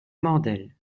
mandel